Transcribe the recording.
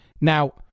now